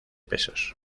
pesos